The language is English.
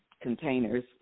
containers